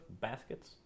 Baskets